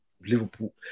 Liverpool